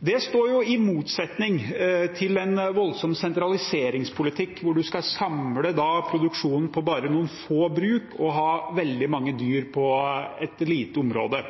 Det står i motsetning til en voldsom sentraliseringspolitikk, hvor man skal samle produksjonen på bare noen få bruk, og ha veldig mange dyr på et lite område.